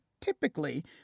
typically